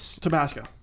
Tabasco